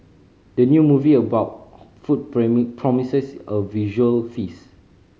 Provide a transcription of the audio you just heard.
the new movie about food promises a visual feast